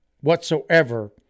whatsoever